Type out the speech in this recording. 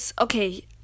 okay